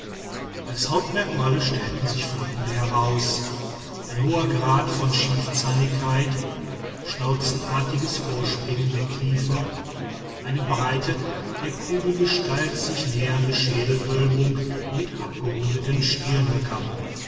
als hauptmerkmale stellen sich folgende heraus ein hoher grad von schiefzahnigkeit schnauzenartiges vorspringen der kiefer eine breite der kugelgestalt sich nähernde schädelwölbung mit abgerundeten